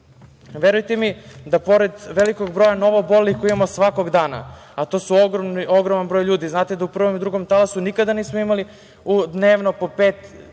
Verujte mi da pored velikog broja novoobolelih koje imamo svakog dana, a to je ogroman broj ljudi. Znate da u prvom i u drugom talasu nikada nismo imali dnevno po 5.000